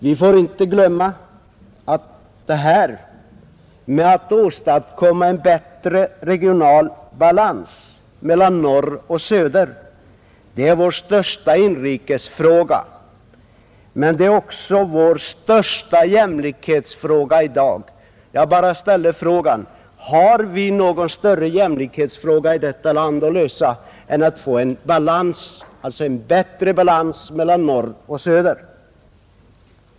Vi får inte glömma att åstadkommandet av en bättre regional balans mellan norr och söder är vår största inrikesfråga, men det är också vår största jämlikhetsfråga i dag. Jag bara ställer frågan: Har vi någon större jämlikhetsfråga i detta land att lösa än att få en bättre balans mellan norr och söder?